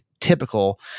typical